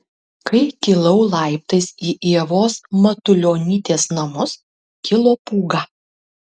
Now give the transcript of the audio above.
kai kilau laiptais į ievos matulionytės namus kilo pūga